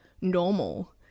normal